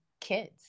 kids